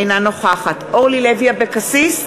אינה נוכחת אורלי לוי אבקסיס,